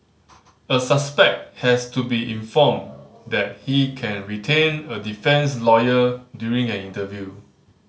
a suspect has to be informed that he can retain a defence lawyer during an interview